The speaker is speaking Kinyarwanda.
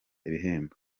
ibihembo